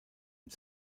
mit